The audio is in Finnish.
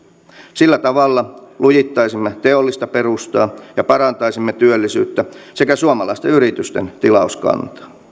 sillä tavalla lujittaisimme teollista perustaa ja parantaisimme työllisyyttä sekä suomalaisten yritysten tilauskantaa